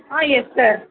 ah yes sir